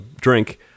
drink